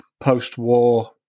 post-war